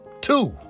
Two